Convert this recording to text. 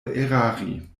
erari